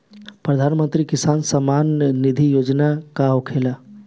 प्रधानमंत्री किसान सम्मान निधि योजना का होखेला?